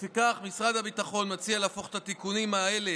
לפיכך, משרד הביטחון מציע להפוך את התיקונים האלה